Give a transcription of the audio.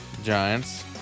Giants